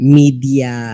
media